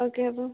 okay okay